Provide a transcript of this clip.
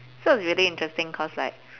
so it's really interesting cause like